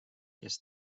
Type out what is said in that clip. kes